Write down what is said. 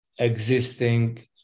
existing